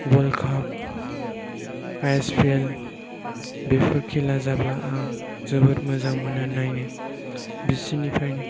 world cup I S P L before खेला जायोब्ला आं जोबोद मोजां मोनो नायनो बिसोरनिफ्रायनो